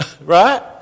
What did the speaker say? Right